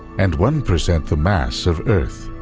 and one percent the mass of earth.